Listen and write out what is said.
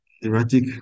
erratic